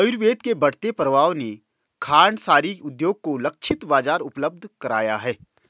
आयुर्वेद के बढ़ते प्रभाव ने खांडसारी उद्योग को लक्षित बाजार उपलब्ध कराया है